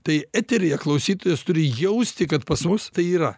tai eteryje klausytojas turi jausti kad pas mus tai yra